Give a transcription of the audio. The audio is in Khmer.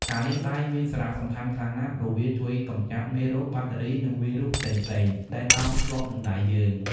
ការលាងដៃមានសារៈសំខាន់ខ្លាំងណាស់ ព្រោះវាជួយកម្ចាត់ មេរោគ បាក់តេរី និងវីរុសផ្សេងៗ ដែលតោងជាប់នឹងដៃយើង។